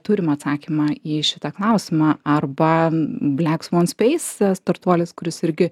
turim atsakymą į šitą klausimą arba blackswan space startuolis kuris irgi